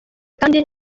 kandi